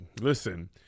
Listen